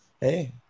Hey